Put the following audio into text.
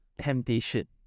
temptation